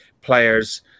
players